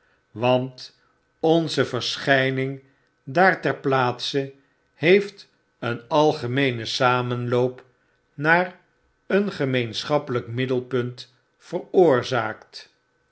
want onze verschijning daar ter plaatse heeft een algemeene samenloop naar een gemeenschappelyk middelpunt veroorzaakt